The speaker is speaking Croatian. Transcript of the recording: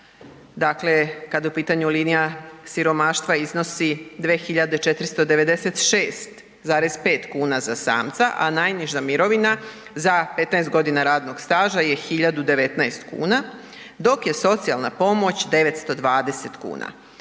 kada je u pitanju linija siromaštva iznosi 2.496,05 kuna za samca, a najniža mirovina za 15 godina radnog staža je 1.019 kuna dok je socijalna pomoć 920 kuna.